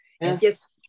Yes